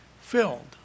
filled